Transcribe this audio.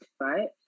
right